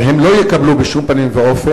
אבל הם לא יקבלו, בשום פנים ואופן,